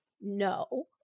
No